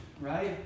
right